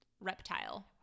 reptile